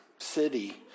City